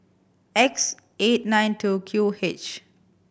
X eight nine two Q H